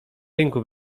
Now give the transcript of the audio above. rynku